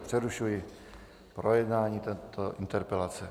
Přerušuji projednávání této interpelace.